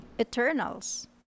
Eternals